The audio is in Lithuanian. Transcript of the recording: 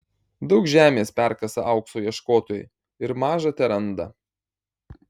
daug žemės perkasa aukso ieškotojai ir maža teranda